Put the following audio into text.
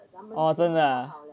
哦真的 ah